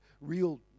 real